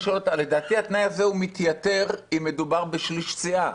אני שואל אותך: לדעתי התנאי הזה מתייתר אם מדובר בשליש סיעה,